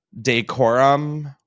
decorum